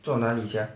做那里 sia